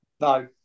no